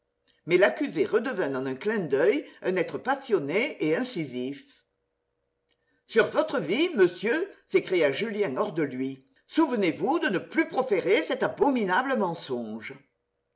mais l'accusé redevint en un clin d'oeil un être passionné et incisif sur votre vie monsieur s'écria julien hors de lui souvenez-vous de ne plus proférer cet abominable mensonge